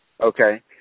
Okay